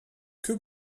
que